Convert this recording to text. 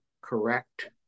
correct